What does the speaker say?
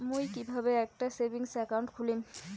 মুই কিভাবে একটা সেভিংস অ্যাকাউন্ট খুলিম?